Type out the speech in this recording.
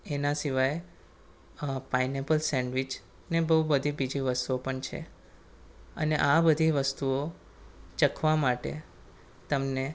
એના સિવાય pineapple sandwich અને બહુ બધી બીજી વસ્તુઓ પણ છે અને આ બધી વસ્તુઓ ચાખવા માટે તમને